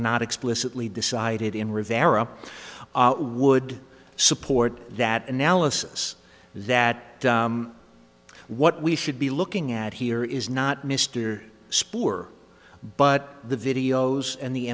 not explicitly decided in rivera would support that analysis that what we should be looking at here is not mr spore but the videos and the